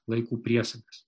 laikų priesagas